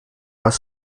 was